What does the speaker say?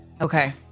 Okay